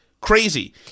crazy